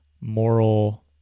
moral